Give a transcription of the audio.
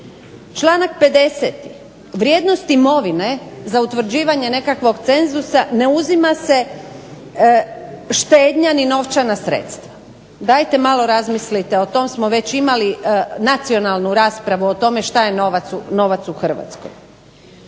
Članak 50. vrijednost imovine za utvrđivanje nekakvog cenzusa ne uzima se štednja ni novčana sredstva. Dajte malo razmislite o tome smo već imali nacionalnu raspravu o tome što je novac u Hrvatskoj.